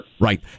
Right